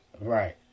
Right